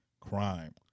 crime